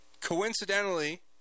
coincidentally